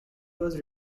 was